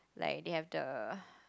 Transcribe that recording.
like they have the